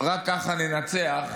רק ככה ננצח.